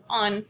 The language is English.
on